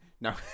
no